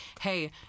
hey